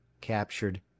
captured